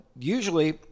usually